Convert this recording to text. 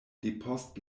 depost